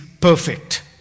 perfect